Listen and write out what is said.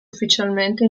ufficialmente